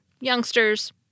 youngsters